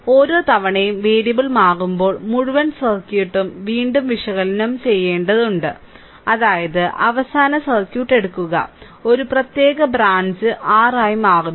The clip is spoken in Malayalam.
ഓരോ തവണയും വേരിയബിൾ മാറുമ്പോൾ മുഴുവൻ സർക്യൂട്ടും വീണ്ടും വിശകലനം ചെയ്യേണ്ടതുണ്ട് അതായത് അവസാന സർക്യൂട്ട് എടുക്കുക ഒരു പ്രത്യേക ബ്രാഞ്ച് R ആയി മാറുന്നു